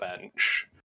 bench